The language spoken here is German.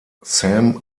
sam